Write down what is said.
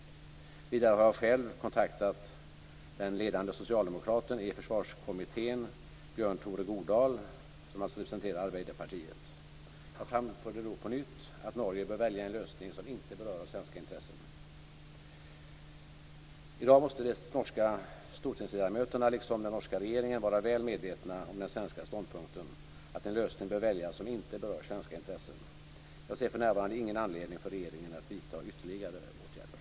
Vidare har jag själv kontaktat den ledande socialdemokraten i Forsvarskomiteen, Bjørn Tore Godal, som alltså representerar Arbeiderpartiet. Jag framförde då på nytt att Norge bör välja en lösning som inte berör de svenska intressena. I dag måste de norska stortingsledamöterna, liksom den norska regeringen, vara väl medvetna om den svenska ståndpunkten att en lösning bör väljas som inte berör svenska intressen. Jag ser för närvarande ingen anledning för regeringen att vidta ytterligare åtgärder.